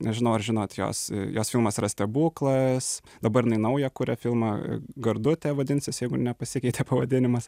nežinau ar žinot jos jos filmas yra stebuklas dabar jinai naują kuria filmą gardutė vadinsis jeigu nepasikeitė pavadinimas